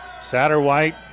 Satterwhite